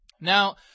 Now